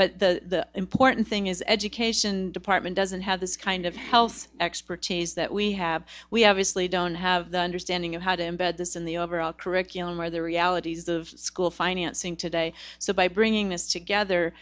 but the important thing is education department doesn't have the kind of health expertise that we have we have easily don't have the understanding of how to embed this in the overall curriculum or the realities of school financing today so by bringing this